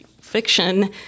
fiction